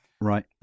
Right